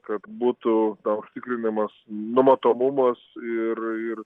kad būtų na užtikrinamas numatomumas ir ir